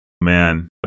Man